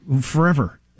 forever